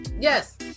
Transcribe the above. yes